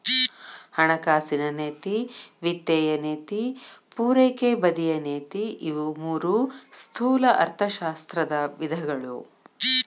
ಹಣಕಾಸಿನ ನೇತಿ ವಿತ್ತೇಯ ನೇತಿ ಪೂರೈಕೆ ಬದಿಯ ನೇತಿ ಇವು ಮೂರೂ ಸ್ಥೂಲ ಅರ್ಥಶಾಸ್ತ್ರದ ವಿಧಗಳು